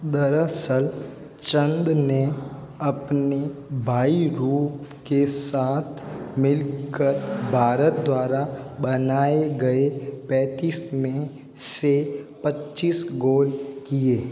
दरअसल चंद ने अपने भाई रूप के साथ मिलकर भारत द्वारा बनाए गए पैंतीस में से पच्चीस गोल किए